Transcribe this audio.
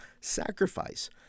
sacrifice